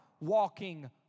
walking